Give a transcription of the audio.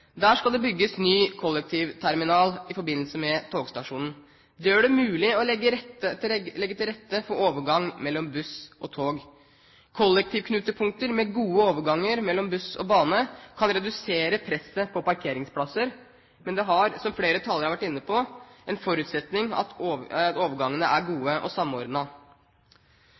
Der skal det bygges ny kollektivterminal i forbindelse med togstasjonen. Det gjør det mulig å legge til rette for overgang mellom buss og tog. Kollektivknutepunkter med gode overganger mellom buss og bane kan redusere presset på parkeringsplasser. Men det har, som flere talere har vært inne på, som forutsetning at overgangene er gode og